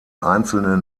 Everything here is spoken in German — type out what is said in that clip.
einzelne